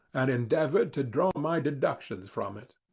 and endeavoured to draw my deductions from it.